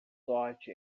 sorte